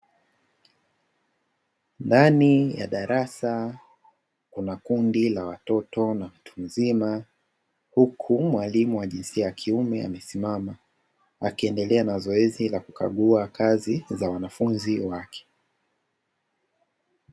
Ndani ya darasa kuna kundi la watoto na mtu mzima huku mwalimu wa jinsia ya kiume amesimama akiendelea na zoezi la kukagua kazi za wanafunzi wake